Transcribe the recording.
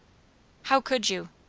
how could you?